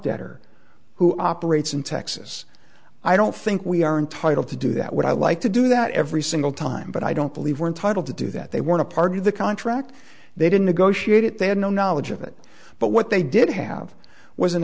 debtor who operates in texas i don't think we are entitled to do that would i like to do that every single time but i don't believe we're entitled to do that they weren't a part of the contract they didn't go sheet it they had no knowledge of it but what they did have was